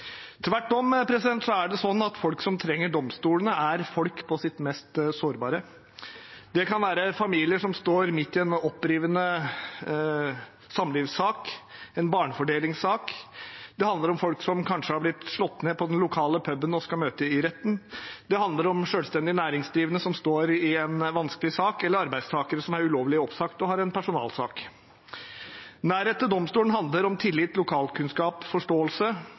Tvert om er det sånn at folk som trenger domstolene, er folk på sitt mest sårbare. Det kan være familier som står midt i en opprivende samlivssak, en barnefordelingssak, det handler om folk som kanskje har blitt slått ned på den lokale puben og skal møte i retten, det handler om selvstendig næringsdrivende som står i en vanskelig sak, eller arbeidstakere som er ulovlig oppsagt og har en personalsak. Nærhet til domstolen handler om tillit, lokalkunnskap, forståelse